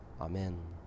Amen